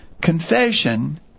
Confession